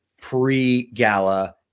pre-gala